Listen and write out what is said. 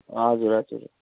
हजुर हजुर